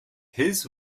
his